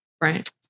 Right